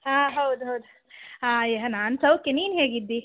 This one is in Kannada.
ಹಾಂ ಹೌದು ಹೌದು ಹಾಂ ಯ ನಾನು ಸೌಖ್ಯ ನೀನು ಹೇಗಿದ್ದಿ